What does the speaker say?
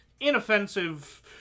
Inoffensive